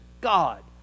God